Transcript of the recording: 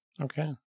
Okay